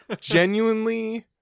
genuinely